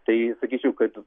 tai sakyčiau kad